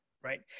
Right